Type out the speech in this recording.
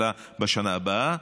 אלא בשנה הבאה,